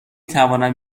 توانم